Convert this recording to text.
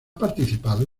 participado